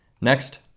Next